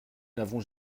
n’avons